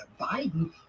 Biden